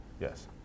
Yes